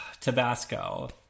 tabasco